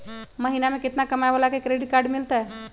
महीना में केतना कमाय वाला के क्रेडिट कार्ड मिलतै?